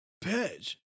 Page